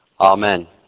Amen